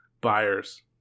buyers